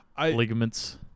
ligaments